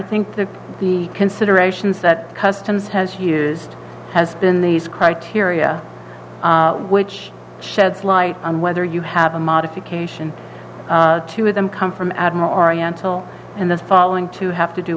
think that the considerations that customs has used has been these criteria which sheds light on whether you have a modification to them come from add an oriental and the following to have to do